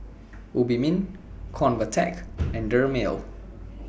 Obimin Convatec and Dermale